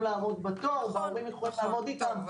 לעמוד בתור וההורים יכולים לעמוד איתם,